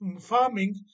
farming